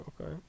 okay